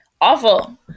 awful